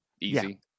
easy